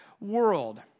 world